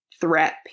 threat